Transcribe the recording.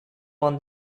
vingt